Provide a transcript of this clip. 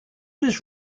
was